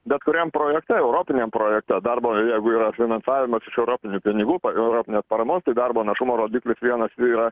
bet kuriam projekte europiniam projekte darbo jeigu yra finansavimas iš europinių pinigų europinės paramos tai darbo našumo rodiklis vienas jų yra